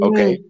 Okay